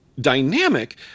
dynamic